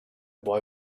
boy